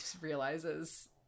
realizes